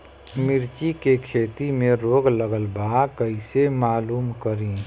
मिर्ची के खेती में रोग लगल बा कईसे मालूम करि?